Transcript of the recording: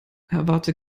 erwarte